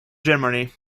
germany